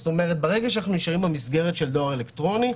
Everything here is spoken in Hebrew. ברגע שאנחנו נשארים במסגרת של דואר אלקטרוני,